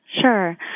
Sure